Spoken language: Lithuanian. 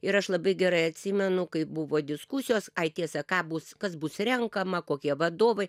ir aš labai gerai atsimenu kaip buvo diskusijos ai tiesa ką bus kas bus renkama kokie vadovai